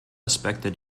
aspekte